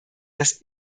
das